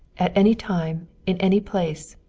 at any time, in any place,